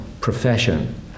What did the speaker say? profession